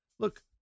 Look